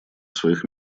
своих